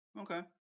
okay